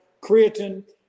creatine